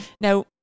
Now